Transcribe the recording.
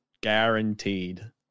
Guaranteed